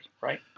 right